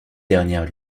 dernière